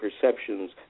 perceptions